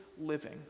living